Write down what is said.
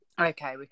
okay